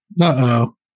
Uh-oh